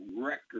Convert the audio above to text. record